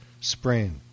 sprain